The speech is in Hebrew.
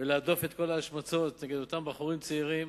ולהדוף את כל ההשמצות כנגד אותם בחורים צעירים,